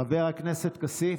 חבר הכנסת כסיף,